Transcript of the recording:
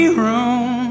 room